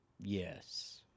yes